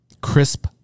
crisp